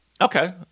Okay